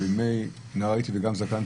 נער הייתי וגם זקנתי.